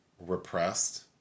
repressed